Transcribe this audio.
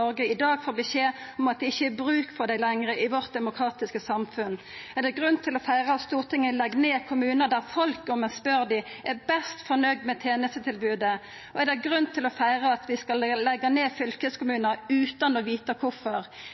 Noreg i dag får beskjed om at det ikkje lenger er bruk for dei i vårt demokratiske samfunn? Er det grunn til å feira at Stortinget legg ned kommunar der folk – om ein spør dei – er mest fornøgde med tenestetilbodet? Og er det grunn til å feira at vi skal leggja ned fylkeskommunar utan å